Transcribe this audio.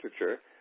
literature